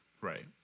Right